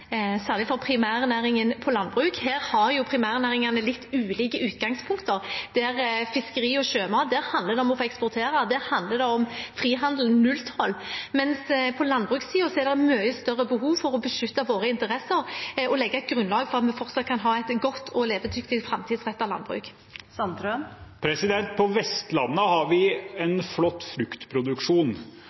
primærnæringen landbruk. Her har jo primærnæringene litt ulike utgangspunkt. For fiskeri og sjømat handler det om å eksportere. Der handler det om frihandel og nulltoll, mens på landbrukssiden er det mye større behov for å beskytte våre interesser og legge et grunnlag for at vi fortsatt kan ha et godt, levedyktig og framtidsrettet landbruk. På Vestlandet har vi en flott fruktproduksjon.